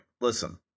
Listen